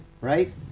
right